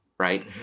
right